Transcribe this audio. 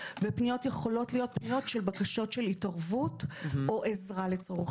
ופניות יכולות להיות בקשות של התערבות או עזרה לצורך העניין.